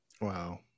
Wow